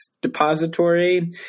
depository